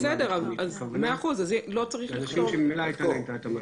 בסדר, אז לא צריך לכתוב.